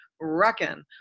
reckon